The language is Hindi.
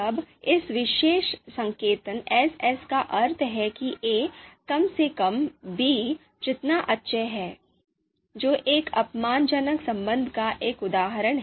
तब इस विशेष संकेतन 'S S का अर्थ है कि a कम से कम b जितना अच्छा है जो एक अपमानजनक संबंध का एक उदाहरण है